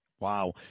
Wow